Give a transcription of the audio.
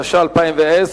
התש"ע 2010,